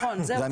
נכון, זה גם